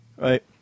Right